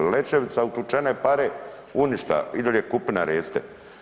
Lećevica utučene pare u ništa, i dalje kupina reste.